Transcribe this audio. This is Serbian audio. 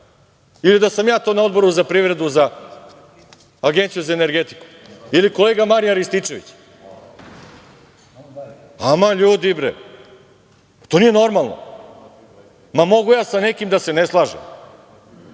ili da sam ja to na Odboru za privredu, za Agenciju za energetiku ili kolega Marijan Rističević. Aman, ljudi, bre, to nije normalno. Mogu ja sa nekim da se ne slažem,